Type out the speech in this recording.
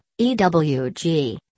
EWG